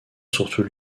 surtout